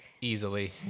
Easily